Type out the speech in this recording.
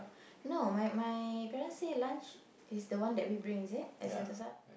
no my my parents say lunch is the one that we bring is it at Sentosa